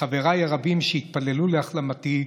לחבריי הרבים, שהתפללו להחלמתי,